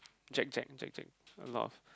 Jack Jack Jack Jack a lot of